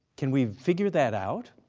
can we figure that out?